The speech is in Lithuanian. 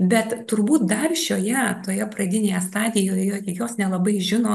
bet turbūt dar šioje toje pradinėje stadijoje jos nelabai žino